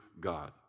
God